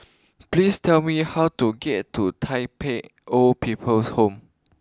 please tell me how to get to Tai Pei Old People's Home